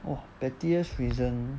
!wah! pettiest reason